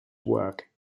work